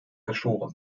geschoren